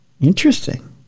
Interesting